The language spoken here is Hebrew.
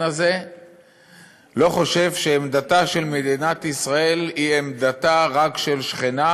הזה לא חושב שעמדתה של מדינת ישראל היא עמדה רק של שכנה,